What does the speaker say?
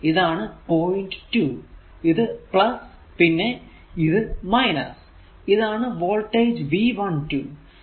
ഇതാണ് പോയിന്റ് 2 ഇത് പിന്നെ ഇത് ഇതാണ് വോൾടേജ് V12